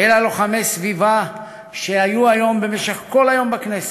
אלא לוחמי סביבה שהיו היום במשך כל היום בכנסת,